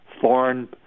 foreign